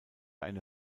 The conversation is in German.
eine